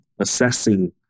assessing